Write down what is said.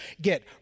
get